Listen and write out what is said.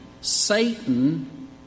Satan